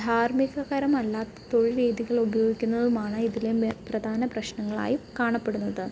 ധാര്മികകരമല്ലാത്ത തൊഴില് രീതികള് ഉപയോഗിക്കുന്നതുമാണ് ഇതിലെ പ്രധാന പ്രശ്നങ്ങളായി കാണപ്പെടുന്നത്